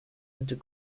and